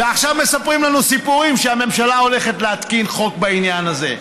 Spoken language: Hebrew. ועכשיו מספרים לנו סיפורים שהממשלה הולכת להתקין חוק בעניין הזה.